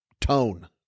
Tone